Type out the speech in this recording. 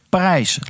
Parijs